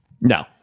No